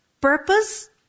purpose